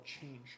change